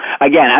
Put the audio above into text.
again